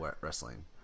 wrestling